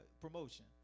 promotion